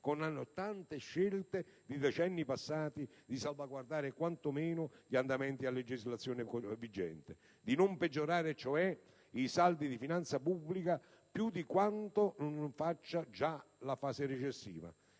a tante scelte di decenni passati; è stata tesa a salvaguardare quantomeno gli andamenti a legislazione vigente, a non peggiorare, cioè, i saldi di finanza pubblica più di quanto faccia già la fase recessiva.